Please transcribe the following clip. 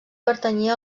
pertanyia